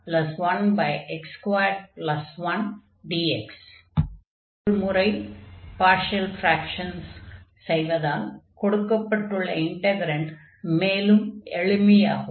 மற்றொரு முறை partial fractions செய்வதால் கொடுக்கப்பட்டுள்ள இன்டக்ரன்ட் மேலும் எளிமையாகும்